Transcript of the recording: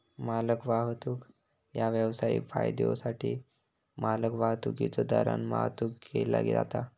मालवाहतूक ह्या व्यावसायिक फायद्योसाठी मालवाहतुकीच्यो दरान वाहतुक केला जाता